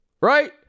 Right